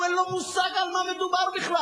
כי אין לו מושג על מה מדובר בכלל.